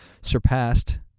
surpassed